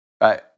Right